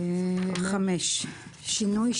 שינוי,